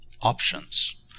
options